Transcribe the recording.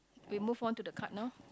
we move on to the card now